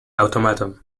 automaton